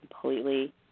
completely